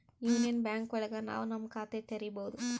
union Bank ಒಳಗ ನಾವ್ ನಮ್ ಖಾತೆ ತೆರಿಬೋದು